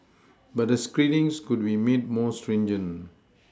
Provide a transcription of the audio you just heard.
but the screenings could be made more stringent